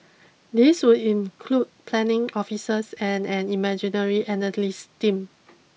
these would include planning officers and an imagery analyse team